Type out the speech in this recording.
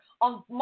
on